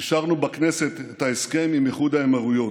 אישרנו בכנסת את ההסכם עם איחוד האמירויות.